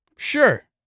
Sure